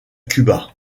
cuba